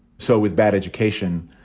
so with bad education,